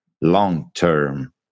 long-term